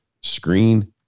screen